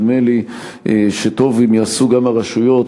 נדמה לי שטוב יעשו גם הרשויות,